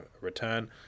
return